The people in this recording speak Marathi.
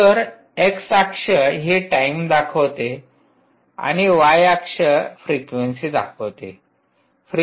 तर एक्स अक्ष ही टाइम दाखवते आणि y अक्ष फ्रीक्वेंसी दाखवते